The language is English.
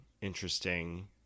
interesting